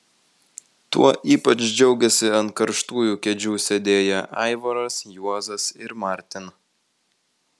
tuo ypač džiaugėsi ant karštųjų kėdžių sėdėję aivaras juozas ir martin